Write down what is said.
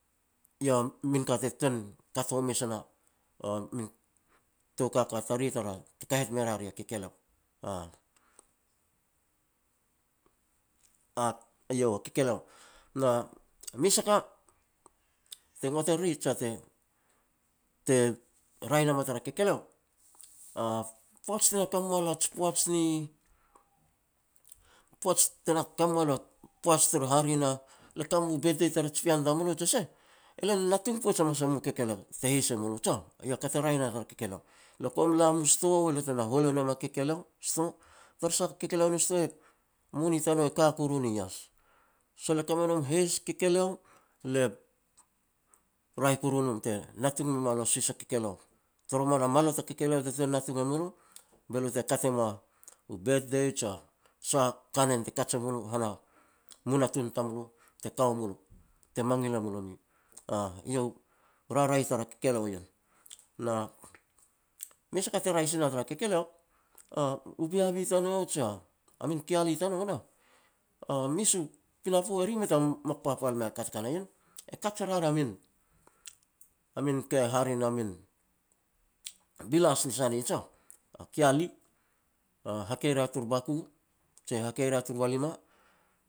eiau min ka te tuan kat home se na a min tou kaka tariri tara, te kahet me ria ri a kekeleo eiau a kekeleo, na mes a ka te ngot e riri, jia te-te raeh nam a tar kekeleo, a poaj te na ke me moa lo a ji poaj ni poaj tena kame moa lo a poaj hare na le kame mu birthday tar ji pean tamulo, je seh, le na natung poij hamas e mu kekeleo te heis e mu lo jiah, eiau ka te raeh na tar kekeleo. Le kum la mu sto be lo te na hol e nom a kekeleo i sto tara sah kekeleo ni sto moni tanou ka koru ni ias. Sol elo ka me nom a heis kekeleo le raeh koru nom te natung me moa lo a suhis a kekeleo, toroman a malot a kekeleo te tuan natung e mu lo be lo te kat e mua u birthday jia sah a kanen te kaj e mulo hana mumunatun tamulo te ka wa mu lo te mangil e mu lomi. Eiau raraeh tara kekeleo ien. Na mes a ka te raeh si na tara kekeleo, u beabi tanou je a min keali tanou nah, mes u pinapo eri mei ta mok papal mea ka te ka na ien. E kaj ria ru a min, a min ka hare na min, bilas ni sani jiah, a keali hakei ria taru baku, je hakei ria turu walima.